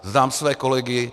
Znám své kolegy.